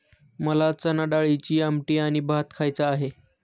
मला चणाडाळीची आमटी आणि भात खायचा आहे